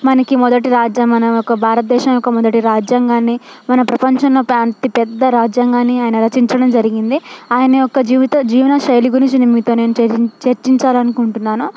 మనకి మొదటి రాజ్య మన యొక్క భారత దేశం యొక్క మొదటి రాజ్యాంగాన్ని మన ప్రపంచంలో పె అతిపెద్ద రాజ్యాంగాన్ని ఆయన రచించడం జరిగింది ఆయన యొక్క జీవిత జీవనశైలి గురించి నేను మీతో చెజిన్ చర్చించాలి అనుకుంటున్నాను